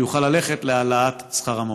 שיוכל ללכת להעלאת שכר המורים.